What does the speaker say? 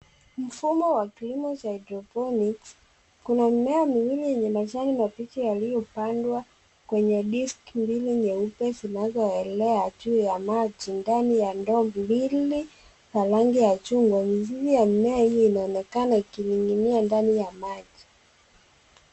Mfumo wa kilimo cha hydroponics , kuna mimea miwili yenye majani mabichi yaliopandwa kwenye disk mbili nyeupe zinazoelea juu ya maji, ndani ya ndoo mbili, za rangi ya chungwa. Mizizi ya mimea hiyo inaonekana ikining'inia ndani ya maji.